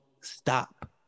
stop